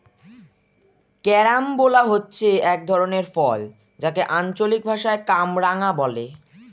carambola হচ্ছে এক ধরনের ফল যাকে আঞ্চলিক ভাষায় কামরাঙা বলে